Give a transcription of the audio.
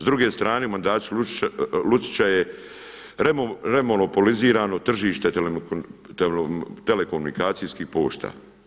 S druge strane mandat Lucića je remonopolizirano tržište telekomunikacijskih pošta.